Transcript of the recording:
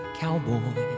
cowboy